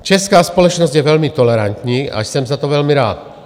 Česká společnost je velmi tolerantní a jsem za to velmi rád.